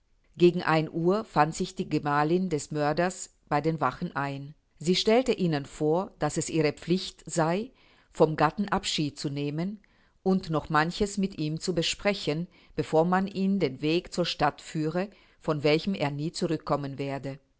gegen ein uhr fand sich die gemalin des mörders bei den wachen ein sie stellte ihnen vor daß es ihre pflicht sei vom gatten abschied zu nehmen und noch manches mit ihm zu besprechen bevor man ihn den weg zur stadt führe von welchem er nie zurück kommen werde